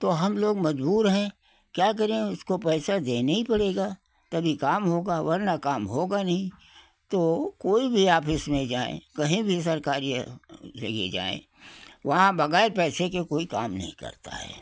तो हम लोग मज़बूर हैं क्या करें उसको पैसा देने ही पड़ेगा तभी काम होगा वरना काम होगा नहीं तो कोई भी ऑफिस में जाएँ कहीं भी सरकारी जगह जाएँ वहाँ बग़ैर पैसे के कोई काम नहीं करता है